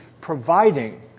providing